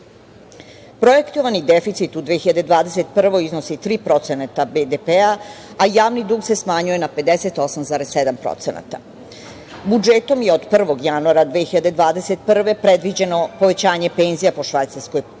godinu. Projektovani deficit u 2021. godini iznosi 3% BDP, a javni dug se smanjuje na 58,7%.Budžetom je od 1. januara 2021. godine predviđeno povećanje penzija po švajcarskoj formuli,